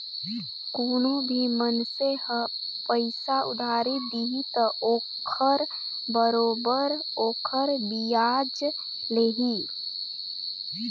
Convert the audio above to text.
कोनो भी मइनसे ह पइसा उधारी दिही त ओखर बरोबर ओखर बियाज लेही